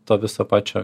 to viso pačio